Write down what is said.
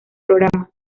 programa